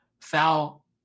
foul